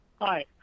Hi